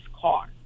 car